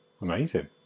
Amazing